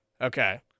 Okay